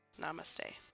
Namaste